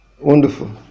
wonderful